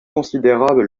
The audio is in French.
considérable